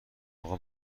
اقا